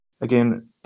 again